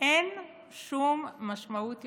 אין שום משמעות יותר,